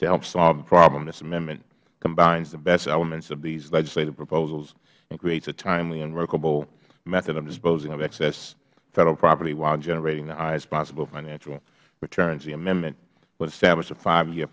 to help solve the problem this amendment combines the best elements of these legislative proposals and creates a timely and workable method of disposing of excess federal property while generating the highest possible financial returns the amendment would establish a five year